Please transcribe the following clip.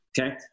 Okay